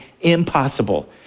impossible